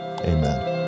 Amen